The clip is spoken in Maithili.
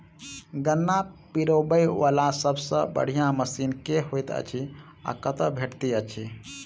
गन्ना पिरोबै वला सबसँ बढ़िया मशीन केँ होइत अछि आ कतह भेटति अछि?